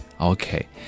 Okay